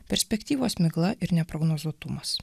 perspektyvos migla ir neprognozuotumas